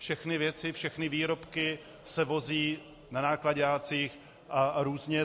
Všechny věci, všechny výrobky se vozí na náklaďácích a různě.